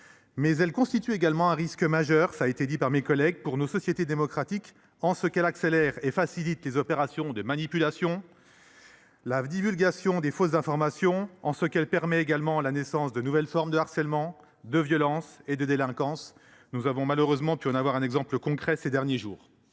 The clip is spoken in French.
mais elle constitue également un risque majeur pour nos sociétés démocratiques, en ce qu’elle accélère et facilite les opérations de manipulation et la divulgation de fausses informations, et en ce qu’elle permet la naissance de nouvelles formes de harcèlement, de violence et de délinquance. Nous en avons malheureusement eu un exemple concret ces derniers jours.